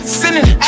sinning